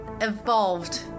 evolved